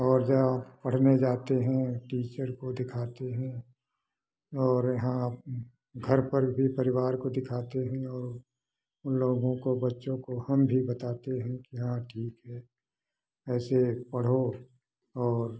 और जहाँ पढ़ने जाते हैं टीचर को दिखते हैं और यहाँ हम घर पर भी परिवार को दिखते हैं और उन लोगों को बच्चों को हम भी बताते हैं क्या ठीक है ऐसे पढ़ो और